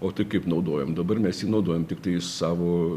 o tai kaip naudojam dabar mes jį naudojam tiktai savo